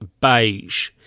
beige